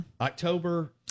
October